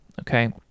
okay